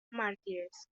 mártires